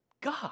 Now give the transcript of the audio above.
God